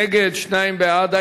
נגד, שניים בעד.